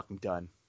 done